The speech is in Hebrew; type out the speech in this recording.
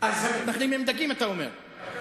אז המתנחלים הם דגים, אתה אומר.